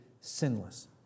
sinless